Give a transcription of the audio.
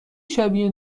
شبیه